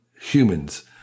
humans